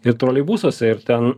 ir troleibusuose ir ten